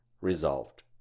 resolved